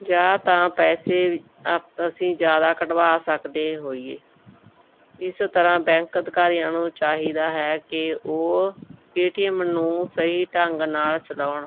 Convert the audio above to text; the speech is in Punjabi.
ਜਾਂ ਤਾਂ ਪੈਸੇ ਆਪ ਤਾਂ ਅਸੀਂ ਜ਼ਿਆਦਾ ਕਢਵਾ ਸਕਦੇ ਹੋਈਏ ਇਸ ਤਰ੍ਹਾਂ ਬੈਂਕ ਅਧਿਕਾਰੀਆਂ ਨੂੰ ਚਾਹੀਦਾ ਹੈ ਕਿ ਉਹ ਏ ਟੀ ਐਮ ਨੂੰ ਸਹੀ ਢੰਗ ਨਾਲ ਚਲਾਉਣ